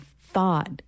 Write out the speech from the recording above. thought